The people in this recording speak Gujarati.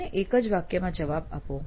મને એક જ વાક્યમાં જવાબ આપો